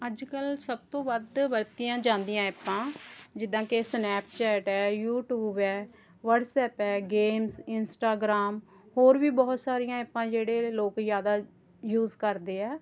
ਅੱਜ ਕੱਲ੍ਹ ਸਭ ਤੋਂ ਵੱਧ ਵਰਤੀਆਂ ਜਾਂਦੀਆਂ ਐਪਾਂ ਜਿੱਦਾਂ ਕਿ ਸਨੈਪਚੈਟ ਹੈ ਯੂਟਿਊਬ ਹੈ ਵਟ੍ਹਸਐਪ ਹੈ ਗੈਮਜ਼ ਇੰਸਟਾਗ੍ਰਾਮ ਹੋਰ ਵੀ ਬਹੁਤ ਸਾਰੀਆਂ ਐਪਾਂ ਜਿਹੜੇ ਨੇ ਲੋਕ ਜ਼ਿਆਦਾ ਯੂਸ ਕਰਦੇ ਆ